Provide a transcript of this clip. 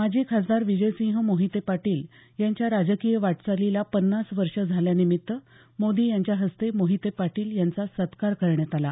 माजी खासदार विजयसिंह मोहिते पाटील यांच्या राजकीय वाटचालीला पन्नास वर्ष झाल्यानिमित्त मोदी यांच्या हस्ते मोहिते पाटील यांचा सत्कार करण्यात आला